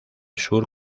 sur